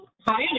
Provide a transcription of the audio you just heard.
Hi